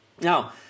now